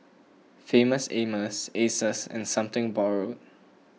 Famous Amos Asus and Something Borrowed